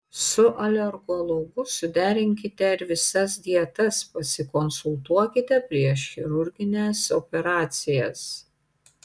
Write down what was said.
su alergologu suderinkite ir visas dietas pasikonsultuokite prieš chirurgines operacijas